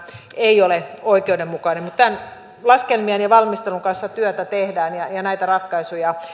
ei ole oikeudenmukainen mutta näiden laskelmien ja valmistelun kanssa työtä tehdään ja ja näitä ratkaisuja